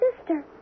sister